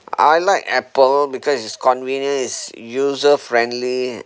I like apple because it's convenient it's user friendly